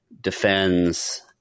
defends